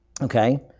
Okay